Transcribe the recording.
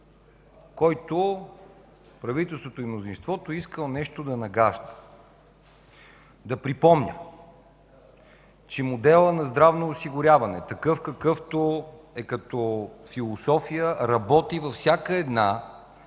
който правителството и мнозинството искали нещо да нагаждат. Да припомня, че моделът на здравно осигуряване, такъв, какъвто е като философия, работи във всяка една